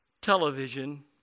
television